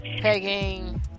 Pegging